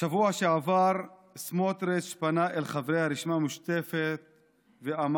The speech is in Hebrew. בשבוע שעבר סמוטריץ' פנה אל חברי הרשימה המשותפת ואמר: